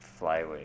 flyweight